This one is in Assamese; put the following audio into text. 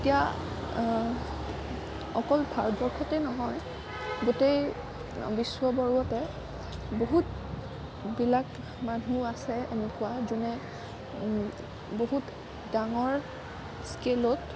এতিয়া অকল ভাৰতবৰ্ষতে নহয় গোটেই বিশ্ববৰ্গতে বহুতবিলাক মানুহ আছে এনেকুৱা যোনে বহুত ডাঙৰ স্কেলত